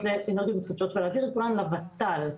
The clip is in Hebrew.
לאנרגיות מתחדשות ולהעביר את כולן לות"ל.